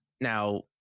Now